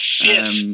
yes